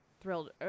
thrilled